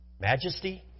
majesty